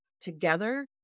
together